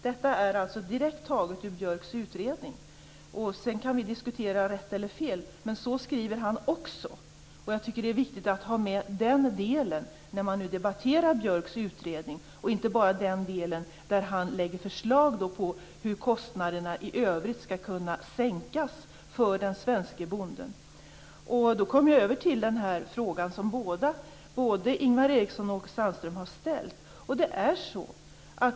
Detta är alltså taget direkt ur Björks utredning. Sedan kan vi diskutera rätt eller fel, men så skriver han också. Och jag tycker att det är viktigt att ha med den delen när man nu debatterar Björks utredning och inte bara den delen där han lägger fram förslag på hur kostnaderna i övrigt skall kunna sänkas för den svenske bonden. Därmed kommer jag över till den fråga som både Ingvar Eriksson och Åke Sandström har ställt.